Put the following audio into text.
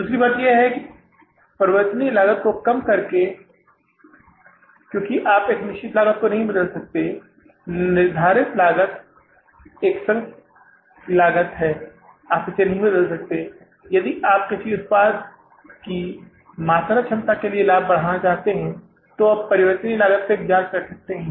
दूसरी बात यह है कि परिवर्तनीय लागत को कम करके क्योंकि आप निश्चित लागत को बदल नहीं सकते हैं निर्धारित लागत एक संक लागत है आप इसे बदल नहीं सकते हैं यदि आप किसी उत्पाद की मात्रा क्षमता के लिए लाभ बढ़ाना चाहते हैं तो आप परिवर्तनीय लागत पर एक जांच रख सकते हैं